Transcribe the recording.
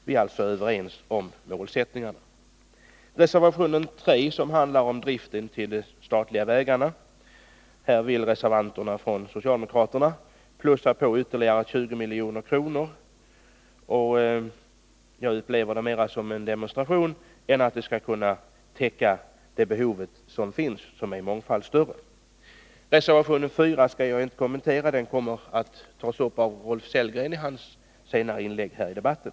Vi är alltså överens om målsättningarna. Reservation 3 handlar om anslaget till driften av statliga vägar. Här vill de socialdemokratiska reservanterna plussa på ytterligare 20 milj.kr. Jag upplever detta mer som en demonstration, eftersom 20 milj.kr. ytterligare inte täcker det behov som finns. Behovet är mångfaldigt större. Reservation 4 skall jag inte kommentera. Det kommer Rolf Sellgren att göra i sitt inlägg senare i debatten.